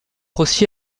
aussi